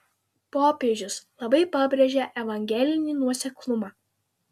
popiežius labai pabrėžia evangelinį nuoseklumą